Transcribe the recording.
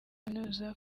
kaminuza